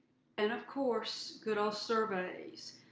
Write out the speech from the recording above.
and, of course, good old surveys.